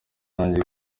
nanjye